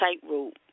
tightrope